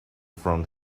from